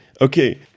okay